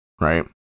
right